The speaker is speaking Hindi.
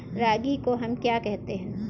रागी को हम क्या कहते हैं?